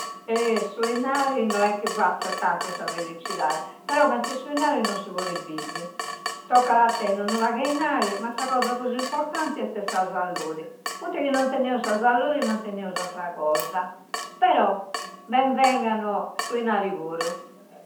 Eh! Su innari no è chi fazza tantu sa felliccidadi. Però chenze su innari non si poidi bivi. Toccada a tenne unu pagu e inari, ma sa cosa prusu importanti este sa salludi. Poitta chi non teneu sa salludi, non tenusu attra cosa. Però, ben vengano su inari puru.